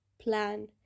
plan